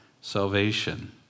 salvation